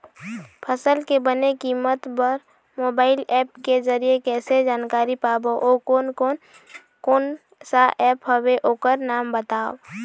फसल के बने कीमत बर मोबाइल ऐप के जरिए कैसे जानकारी पाबो अउ कोन कौन कोन सा ऐप हवे ओकर नाम बताव?